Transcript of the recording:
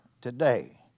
today